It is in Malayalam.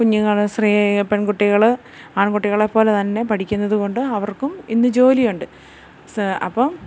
കുഞ്ഞുങ്ങള് പെൺകുട്ടികള് ആൺകുട്ടികളെപ്പോലെ തന്നെ പഠിക്കുന്നത് കൊണ്ട് അവർക്കും ഇന്ന് ജോലി ഉണ്ട് അപ്പം